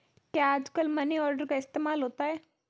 क्या आजकल money order का इस्तेमाल होता है?